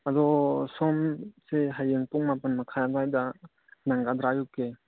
ꯑꯗꯣ ꯁꯣꯝꯁꯦ ꯍꯌꯦꯡ ꯄꯨꯡ ꯃꯥꯄꯟ ꯃꯈꯥꯏ ꯑꯗ꯭ꯋꯥꯏꯗ ꯅꯪꯒꯗ꯭ꯔꯥ ꯑꯌꯨꯛꯀꯤ